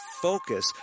focus